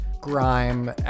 Grime